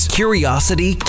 curiosity